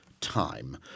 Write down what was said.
time